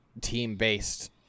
team-based